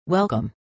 Welcome